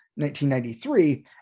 1993